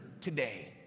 today